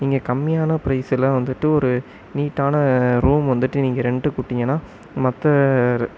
நீங்கள் கம்மியான பிரைஸில் வந்துவிட்டு ஒரு நீட்டான ரூம் வந்துவிட்டு நீங்கள் ரெண்ட்டுக் விட்டிங்கன்னா மற்ற ரெ